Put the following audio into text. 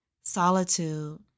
Solitude